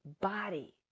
body